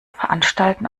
veranstalten